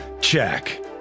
Check